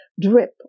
drip